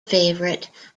favorite